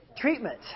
Treatment